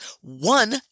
one